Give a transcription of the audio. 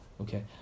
Okay